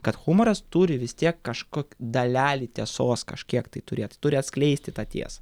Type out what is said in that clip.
kad humoras turi vis tiek kažkok dalelę tiesos kažkiek tai turėt turi atskleisti tą tiesą